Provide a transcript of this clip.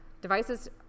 devices